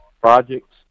projects